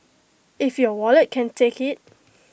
if your wallet can take IT